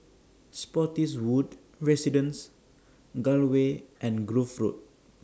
Spottiswoode Residences Gul Way and Grove Road